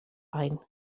ein